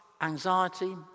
Anxiety